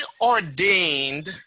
ordained